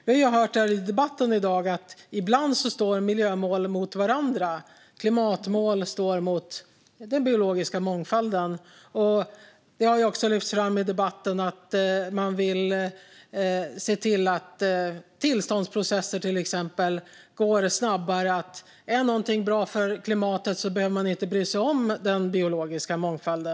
Jag har hört i debatten i dag att miljömålen ibland står mot varandra, till exempel att klimatmålen står mot den biologiska mångfalden. Det har också lyfts fram i debatten att man vill se till att exempelvis tillståndsprocesser går snabbare - är någonting bra för klimatet behöver man inte bry sig om den biologiska mångfalden.